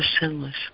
sinless